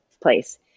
place